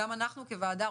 גם אנחנו כוועדה,